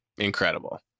incredible